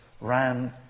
ran